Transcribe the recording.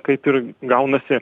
kaip ir gaunasi